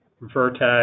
Vertex